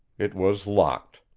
it was locked.